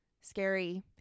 scary